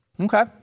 Okay